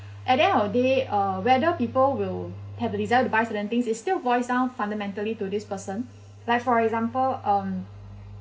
at the end of the day uh whether people will have the desire to buy certain things is still boils down fundamentally to this person like for example um